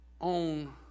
own